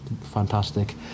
fantastic